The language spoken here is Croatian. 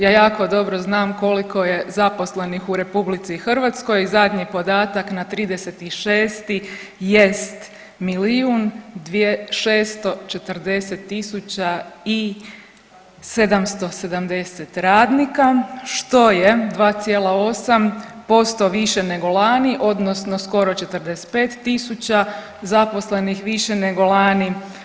Ja jako dobro znam koliko je zaposlenih u RH, zadnji podatak na 30.6. jest milijun 640 tisuća i 770 radnika što je 2,8% više nego lani odnosno skoro 45.000 zaposlenih više nego lani.